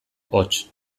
hots